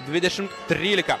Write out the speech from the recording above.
dvidešimt trylika